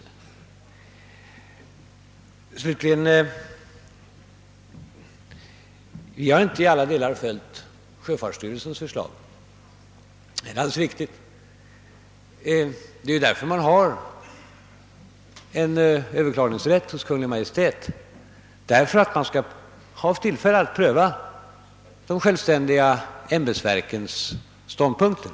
Jag vill slutligen säga att vi inte i alla delar har följt sjöfartsstyrelsens förslag, det är alldeles riktigt. Man har en överklagningsrätt hos Kungl. Maj:t för att Kungl. Maj:t skall ha tillfälle att pröva de självständiga ämbetsverkens ståndpunkter.